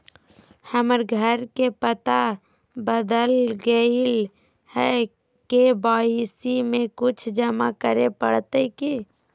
हमर घर के पता बदल गेलई हई, के.वाई.सी में कुछ जमा करे पड़तई की?